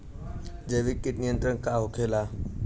जैविक कीट नियंत्रण का होखेला?